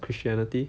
christianity